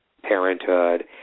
parenthood